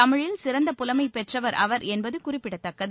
தமிழில் சிறந்த புலமை பெற்றவர் அவர் என்பது குறிப்பிடத்தக்கது